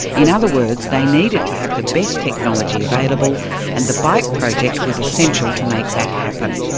in other words, they needed to have the best technology available and the bike project was essential to make that happen.